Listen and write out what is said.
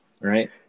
right